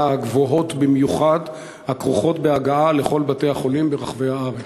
הגבוהות במיוחד הכרוכות בהגעה לכל בתי-החולים ברחבי הארץ?